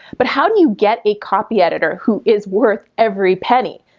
but how do you get a copy editor who is worth every penny?